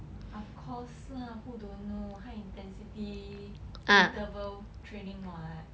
of course lah who don't know high intensity interval training what